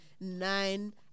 Nine